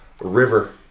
river